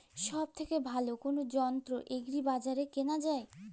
সব থেকে ভালো কোনো যন্ত্র এগ্রি বাজারে কেনা যায়?